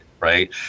Right